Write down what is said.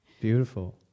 Beautiful